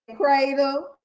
cradle